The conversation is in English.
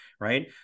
right